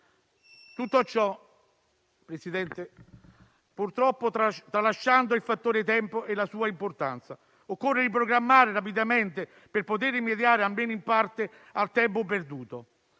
Tutto ciò, Presidente, purtroppo tralasciando il fattore tempo e la sua importanza. Occorre riprogrammare rapidamente, per poter rimediare almeno in parte al tempo perduto,